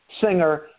singer